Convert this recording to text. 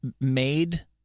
made